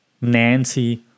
Nancy